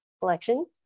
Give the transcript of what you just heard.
collection